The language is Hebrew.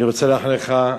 אני רוצה לאחל לך,